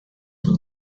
will